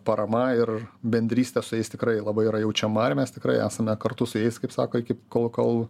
parama ir bendrystė su jais tikrai labai yra jaučiama ir mes tikrai esame kartu su jais kaip sako iki kol kol